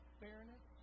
fairness